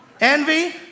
envy